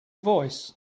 voice